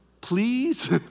please